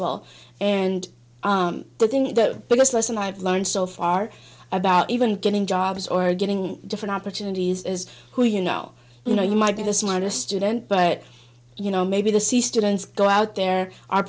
well and i think the biggest lesson i've learned so far about even getting jobs or getting different opportunities is who you know you know you might be the smartest student but you know maybe the c students go out there are